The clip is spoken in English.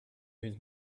his